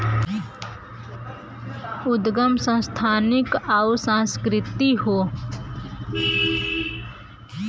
उदगम संस्थानिक अउर सांस्कृतिक हौ